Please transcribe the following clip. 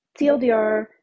TLDR